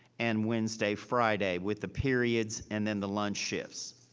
and wednesday friday with the periods and then the lunch shifts.